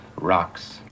Rocks